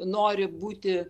nori būti